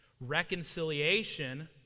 reconciliation